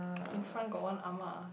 in front got one ah ma